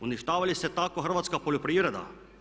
Uništava li se tako hrvatska poljoprivreda?